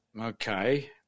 Okay